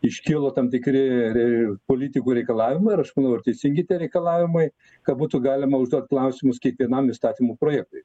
iškilo tam tikri ir politikų reikalavimai aš manau ir teisingi tie reikalavimai ka būtų galima užduoti klausimus kiekvienam įstatymų projektai